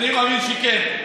אני מאמין שכן,